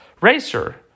racer